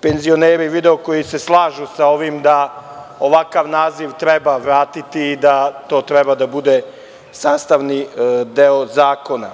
penzionere koji se slažu sa ovim da ovakav naziv treba vratiti i da to treba da bude sastavni deo zakona.